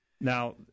now